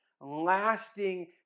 lasting